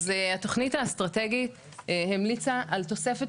אז התוכנית האסטרטגית המליצה על תוספת